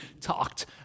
talked